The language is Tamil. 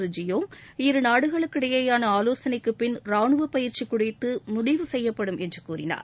இதனையடுத்து ஜியோங் இரு நாடுகளுக்கிடையேயான ஆலோசனைக்குப் பிள் ரானுவப் பயிற்சி குறித்து முடிவு செய்யப்படும் என்று கூறினார்